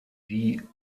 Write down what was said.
die